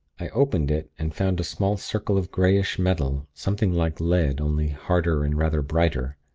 i opened it, and found a small circle of greyish metal, something like lead, only harder and rather brighter.